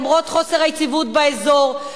למרות חוסר היציבות באזור,